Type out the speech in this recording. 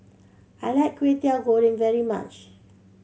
I like Kway Teow Goreng very much